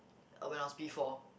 when I was P-four